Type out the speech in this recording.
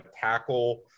tackle